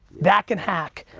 that can hack